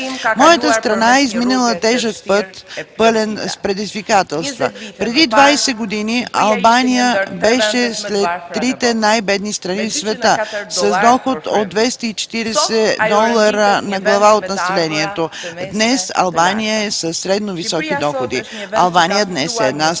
Моята страна е изминала тежък път, пълен с предизвикателства. Преди двадесет години Албания беше сред трите най-бедни страни в света, с доход от 204 долара на глава от населението. Днес Албания е страна със средно високи доходи. Албания днес е една страна,